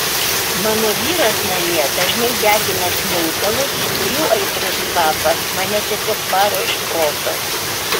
mano vyras namie dažnai degina smilkalus kurių aitrus kvapas mane tiesiog varo iš proto